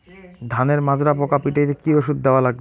ধানের মাজরা পোকা পিটাইতে কি ওষুধ দেওয়া লাগবে?